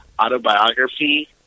autobiography